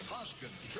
Hoskins